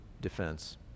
defense